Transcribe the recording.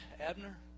Abner